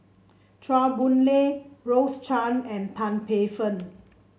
Chua Boon Lay Rose Chan and Tan Paey Fern